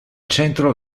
centro